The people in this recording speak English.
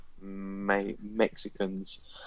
Mexicans